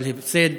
אבל הפסד